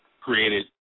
created